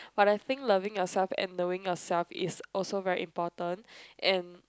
but I think loving yourself and knowing yourself is also very important and